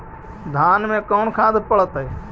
धान मे कोन खाद पड़तै?